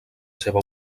seva